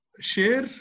Share